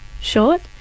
short